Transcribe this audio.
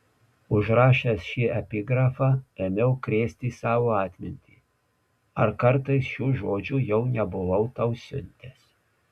užrašęs šį epigrafą ėmiau krėsti savo atmintį ar kartais šių žodžių jau nebuvau tau siuntęs